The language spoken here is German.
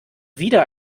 wieder